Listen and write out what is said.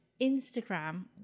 Instagram